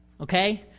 okay